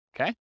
Okay